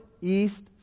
east